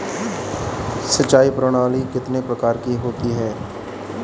सिंचाई प्रणाली कितने प्रकार की होती है?